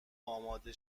اماده